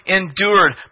endured